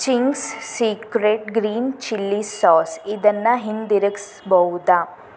Ching's secret green chilli sauce ಇದನ್ನು ಹಿಂದಿರಿಗ್ಸ್ಬೌದಾ